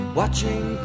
watching